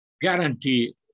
guarantee